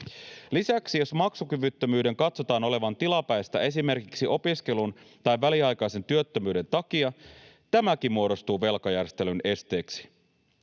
Lisäksi jos maksukyvyttömyyden katsotaan olevan tilapäistä esimerkiksi opiskelun tai väliaikaisen työttömyyden takia, tämäkin muodostuu velkajärjestelyn esteeksi.